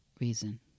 reason